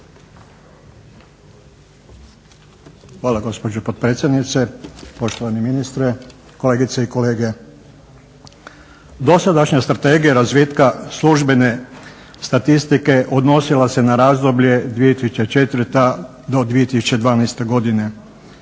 Hvala gospođo potpredsjednice, poštovani ministre, kolegice i kolege. Dosadašnja Strategija razvitka službene statistike odnosila se na razdoblje 2004. do 2012. godine.